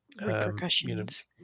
repercussions